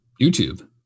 YouTube